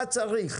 מה צריך.